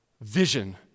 vision